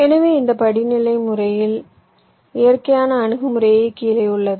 எனவே இந்த படிநிலை முறையில் இயற்கையான அணுகுமுறை கீழே உள்ளது